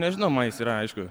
nežinau man jis yra aišku